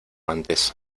antes